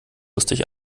lustig